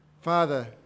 father